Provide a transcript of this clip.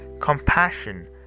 compassion